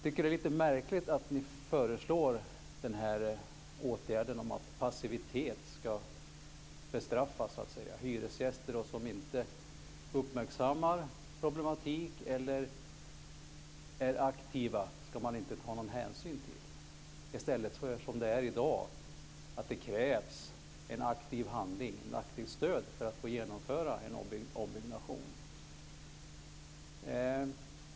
Det är lite märkligt att ni föreslår att passivitet ska bestraffas. Hyresgäster som inte uppmärksammar problem eller är aktiva ska man inte ta hänsyn till, i stället för att det, som i dag, krävs ett aktivt stöd för att få genomföra en ombyggnation.